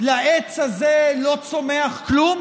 לעץ הזה לא צומח כלום?